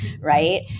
right